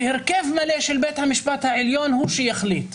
שהרכב מלא של בית המשפט העליון הוא שיחליט.